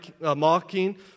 mocking